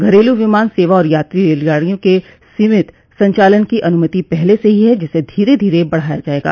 घरेलू विमान सेवा और यात्री रेलगाड़ियों के सीमित संचालन की अनुमति पहले से ही है जिसे धीरे धीरे बढ़ाया जाएगा